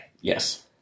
Yes